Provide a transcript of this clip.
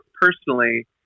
personally